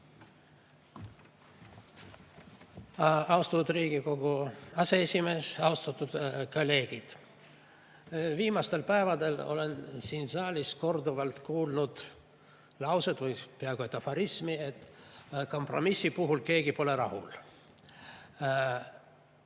Austatud Riigikogu aseesimees! Austatud kolleegid! Viimastel päevadel olen siin saalis korduvalt kuulnud lauset või peaaegu et aforismi, et kompromissi puhul keegi pole rahul.